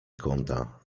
kąta